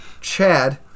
Chad